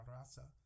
Raza